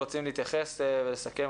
רוצים להתייחס ולסכם,